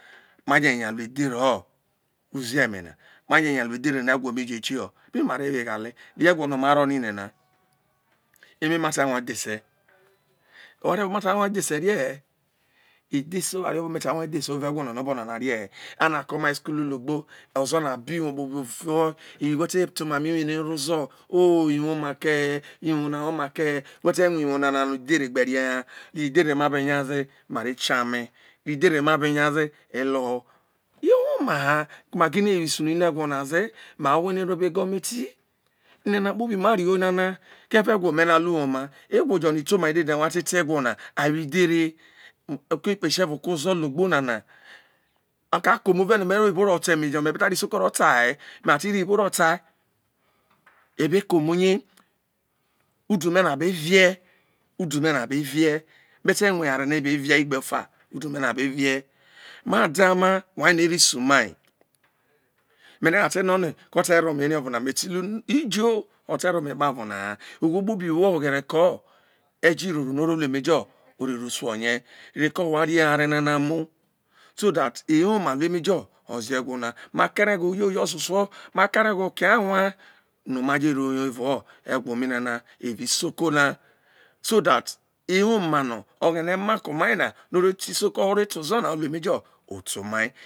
ma je nya ino edhere o lremena no ine edhere no egwo mi je kieho bi ni ma re wo eghale di egwo no ma ro ni ne na emi ma sai pue dhese oware ovo no ma sai rue dhese rie he edhese owaru ovo no ma ta rue dhese ọ. rie he evao obona na orie he a ko mai isukulu logbo ozo na abo iwo luku fiho we te te emamọ iwo no ero oze iwoma iwo no ero oze i woma kehe whe te rue iwo mana no edhere gbe rie he di idhere ma be nyaze elo họ ko, ma gine wo isu no i ne egwo na ze ne ro obo egometi unana kpobi ma ri onana eve egwo me lu woma egwo jo no ito omai de-de ha ma te te egwo na awo idhere esievo ko ozo logbo nana ko a ko me uve nọ me ro oyibo rota einejo ma be ta ro isoko ro ta ye me ha te ro oyibo ro ta ebe kome uye udu me na be vie udu me na be vie me ta rue aware no e be via evao egbe of a udu me na be vie owha daoma whai mo ero isu mai me rie no a te nọ nọ ote tom ere ovọ na me lu ijo otero ome epavo na ha owho kpobi who oghere keo ejirore no ro lu eme jo no ro su oye reko wa ri eware nana mu so that ewoma olu emejo oze egwo na am kareghoho uyoyo ọ so suo ma kareghoho oke awa nọ maje rọ yo evao egwo mi na evao isoko na so that ewoma no oghene ma ko mai na no óre te isoko no re te ozo na olu emojo ote omai.